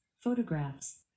photographs